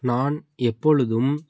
நான் எப்பொழுதும்